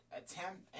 attempt